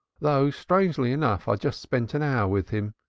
though strangely enough just spent an hour with him.